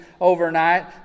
overnight